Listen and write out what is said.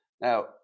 Now